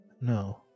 No